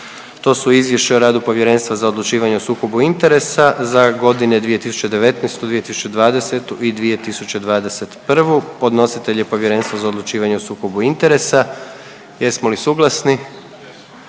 To su Izvješće o radu Povjerenstva za odlučivanje o sukobu interesa za godine 2019., 2020. i 2021. godinu. Podnositelj je Povjerenstvo za odlučivanje o sukobu interesa. Jesmo li suglasni?